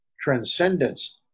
transcendence